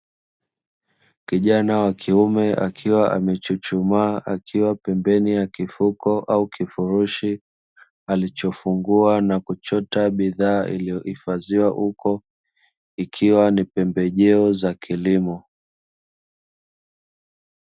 Kijana wakiume akiwa amechuchumaa akiwa pembeni ya kifuko au kifurushi alichofungua na kuchota bidhaa iliyohifadhiwa huko ikiwa ni pembejeo za kilimo.